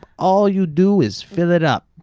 all you do is fill it up,